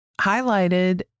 highlighted